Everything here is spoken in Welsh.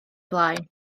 blaen